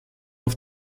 auf